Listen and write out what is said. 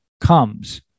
comes